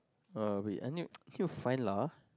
uh wait I need need to find lah